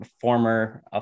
former